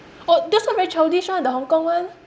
oh there's one very childish [one] the Hong Kong one